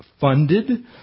funded